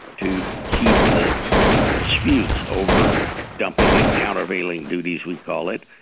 to keep the disputes over dumping and countervailing duties, we call it,